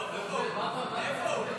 --- איפה הוא?